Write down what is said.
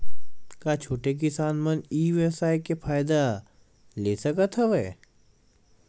का छोटे किसान मन ई व्यवसाय के फ़ायदा ले सकत हवय?